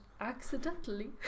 accidentally